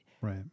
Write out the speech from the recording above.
Right